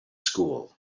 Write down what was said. school